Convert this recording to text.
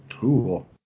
cool